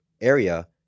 area